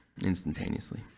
instantaneously